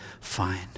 fine